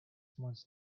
months